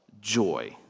joy